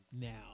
now